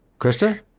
Krista